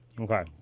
Okay